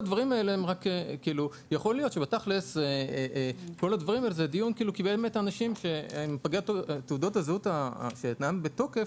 יכול להיות שאנשים שתוקף תעודת הזהות שלהם לא בתוקף,